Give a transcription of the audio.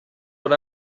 what